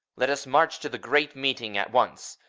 let us march to the great meeting at once.